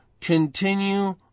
continue